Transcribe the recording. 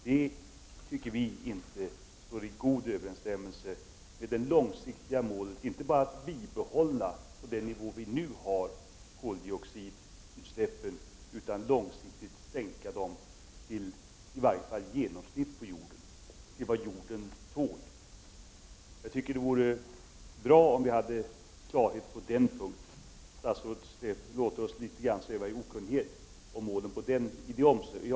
Det tycker vi i folkpartiet inte står i god överensstämmelse med det långsiktiga målet att inte bara bibehålla den nivå som nu finns på koldioxidutsläppen, utan även att långsiktigt sänka den till i varje fall genomsnittet på jorden, dvs. till vad jorden tål. Jag tycker att det vore bra om vi kunde få klarhet på den punkten. Statsrådet låter oss litet grand sväva i okunnighet om målet i det avseendet.